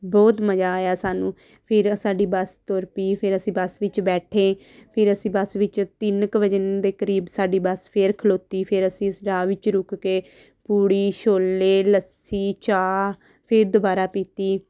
ਬਹੁਤ ਮਜ਼ਾ ਆਇਆ ਸਾਨੂੰ ਫਿਰ ਸਾਡੀ ਬੱਸ ਤੁਰ ਪਈ ਫਿਰ ਅਸੀਂ ਬੱਸ ਵਿੱਚ ਬੈਠੇ ਫਿਰ ਅਸੀਂ ਬੱਸ ਵਿੱਚ ਤਿੰਨ ਕੁ ਵਜੇ ਦੇ ਕਰੀਬ ਸਾਡੀ ਬੱਸ ਫਿਰ ਖਲੋਤੀ ਫਿਰ ਅਸੀਂ ਰਾਹ ਵਿੱਚ ਰੁਕ ਕੇ ਪੂੜੀ ਛੋਲੇ ਲੱਸੀ ਚਾਹ ਫਿਰ ਦੁਬਾਰਾ ਪੀਤੀ